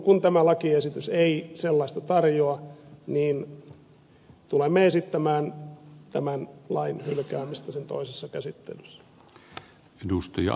kun tämä lakiesitys ei sellaista tarjoa niin tulemme esittämään tämän lain hylkäämistä sen toisessa käsittelyssä